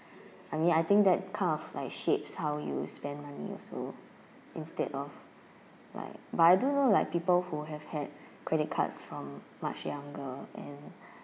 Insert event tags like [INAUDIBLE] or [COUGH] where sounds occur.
[BREATH] I mean I think that kind of like shapes how you spend money also instead of like but I do know like people who have had credit cards from much younger and [BREATH]